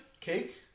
Cake